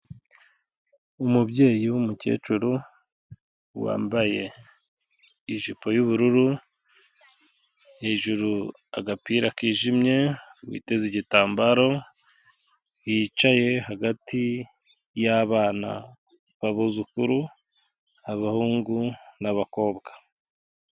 Umubyeyi w'umukecuru wambaye ijipo y'ubururu, hejuru agapira kijimye, witeze igitambaro, yicaye hagati y'abana b'abuzukuru, abahungu n'abakobwa.